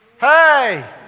Hey